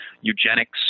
eugenics